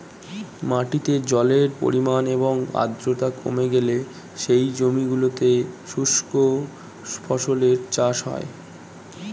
মাটিতে জলের পরিমাণ এবং আর্দ্রতা কমে গেলে সেই জমিগুলোতে শুষ্ক ফসলের চাষ হয়